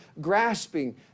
grasping